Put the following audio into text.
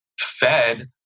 fed